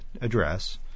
address